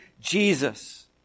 Jesus